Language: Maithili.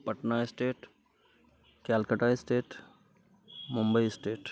Patna state Calcutta state Mumbai state